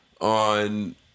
on